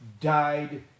died